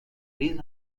ریز